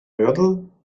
yodel